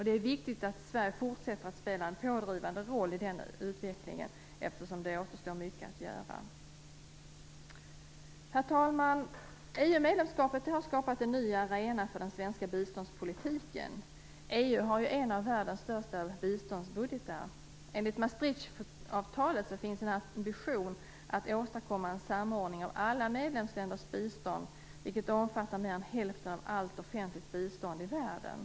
Det är viktigt att Sverige fortsätter att spela en pådrivande roll i den utvecklingen, eftersom mycket återstår att göra. Herr talman! EU-medlemskapet har skapat en ny arena för den svenska biståndspolitiken. EU har en av världens största biståndsbudgetar. Enligt Maastrichtavtalet finns en ambition att åstadkomma en samordning av alla medlemsländers bistånd, vilket omfattar mer än hälften av allt offentligt bistånd i världen.